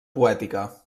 poètica